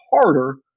harder